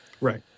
Right